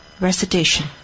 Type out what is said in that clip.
recitation